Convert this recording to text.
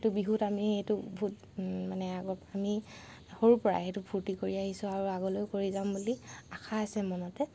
এইটো বিহুত আমি এইটো বহুত মানে আমি সৰুৰ পৰাই সেইটো ফূৰ্তি কৰি আহিছোঁ আৰু আগলৈও কৰি যাম বুলি আশা আছে মনতে